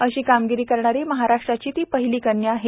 अशी कामगिरी करणारी महाराष्ट्राची ती पहिली कन्या आहे